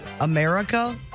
America